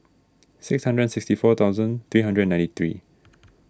six hundred and sixty four thousand three hundred and ninety three